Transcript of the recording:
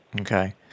Okay